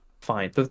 fine